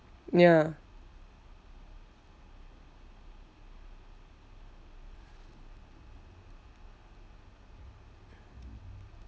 ya